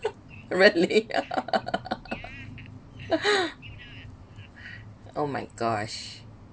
really ah oh my gosh